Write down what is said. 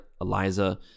Eliza